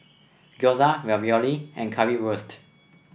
Gyoza Ravioli and Currywurst